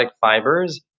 fibers